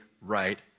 right